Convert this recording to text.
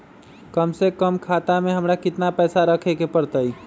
कम से कम खाता में हमरा कितना पैसा रखे के परतई?